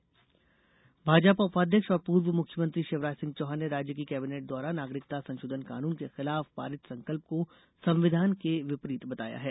भाजपा नागरिकता भाजपा उपाध्यक्ष और पूर्व मुख्यमंत्री शिवराज सिंह चौहान ने राज्य की कैबिनेट द्वारा नागरिकता संशोधन कानून के खिलाफ पारित संकल्प को संविधान के विपरीत बताया है